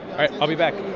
i'll be back